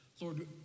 Lord